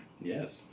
Yes